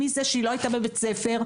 מזה שהיא לא הייתה בבית ספר,